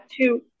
two